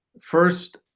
First